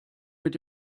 mit